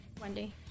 Wendy